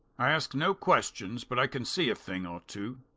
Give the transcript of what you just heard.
i ask no questions but i can see a thing or two.